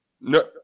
no